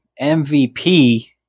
MVP